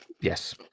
Yes